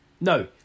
No